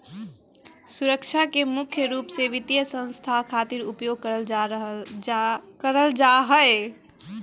सुरक्षा के मुख्य रूप से वित्तीय संस्था खातिर उपयोग करल जा हय